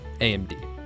AMD